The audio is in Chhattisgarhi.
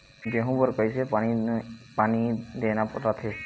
गेहूं बर कइसे पानी देना रथे?